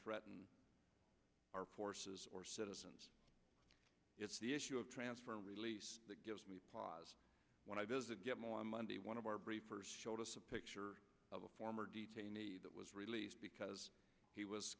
threaten our forces or citizens the issue of transfer and release that gives me pause when i visit get more on monday one of our briefers showed us a picture of a former detainee that was released because he was